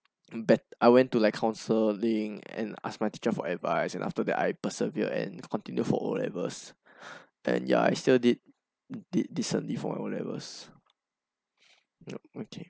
but I went to like counselling and asked my teacher for advice and after that I persevered and continued for O levels and ya I still did did decently for my O levels yup okay